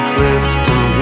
Clifton